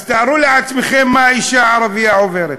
אז תארו לעצמכם מה האישה הערבייה עוברת,